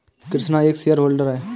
कृष्णा एक shareholder है